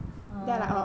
err